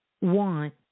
want